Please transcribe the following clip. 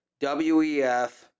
WEF